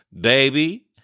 Baby